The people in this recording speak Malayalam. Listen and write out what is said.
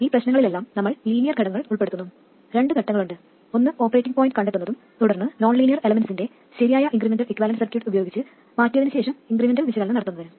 ഈ പ്രശ്നങ്ങളിലെല്ലാം നമ്മൾ ലീനിയർ ഘടകങ്ങൾ ഉൾപ്പെടുത്തുന്നു രണ്ട് ഘട്ടങ്ങളുണ്ട് ഒന്ന് ഓപ്പറേറ്റിംഗ് പോയിന്റ് കണ്ടെത്തുന്നതും തുടർന്ന് നോൺ ലീനിയർ എലമെന്റിനെ ശരിയായ ഇൻക്രിമെന്റൽ ഇക്യുവാലന്റ് സർക്യൂട്ട് ഉപയോഗിച്ച് മാറ്റിയതിന് ശേഷം ഇൻക്രിമെന്റൽ വിശകലനം നടത്തുന്നതും